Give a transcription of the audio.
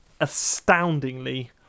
astoundingly